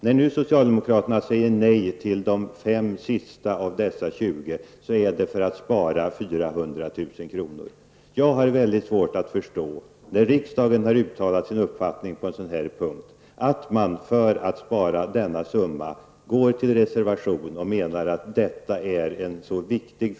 När nu socialdemokraterna säger nej till de 5 sista av dessa 20 garantirum är det för att spara 400 000 kr. Jag har mycket svårt att förstå att man, när riksdagen har uttalat sin uppfattning på en sådan punkt, för att spara denna summa reserverar sig.